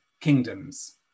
kingdoms